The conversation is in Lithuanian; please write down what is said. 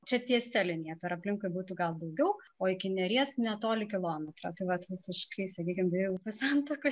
čia tiesia linija per aplinkui būtų gal daugiau o iki neries netoli kilometro tai vat visiškai sakykim prie upių santakos